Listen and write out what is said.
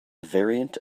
variant